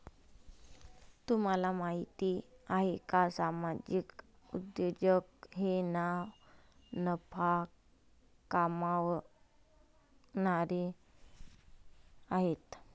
तुम्हाला माहिती आहे का सामाजिक उद्योजक हे ना नफा कमावणारे आहेत